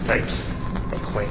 types of claim